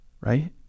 right